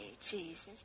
Jesus